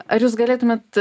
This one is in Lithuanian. ar jūs galėtumėt